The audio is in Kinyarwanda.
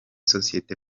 sosiyete